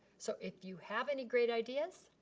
so if you have any great ideas.